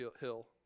hill